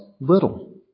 little